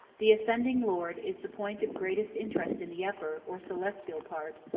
the ascending lord is the point of greatest interest in the upper, or celestial part,